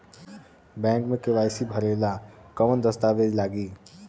Bank मे KYC भरेला कवन दस्ता वेज लागी?